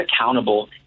accountable